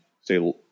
say